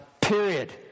period